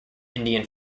indian